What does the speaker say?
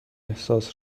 احساس